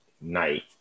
night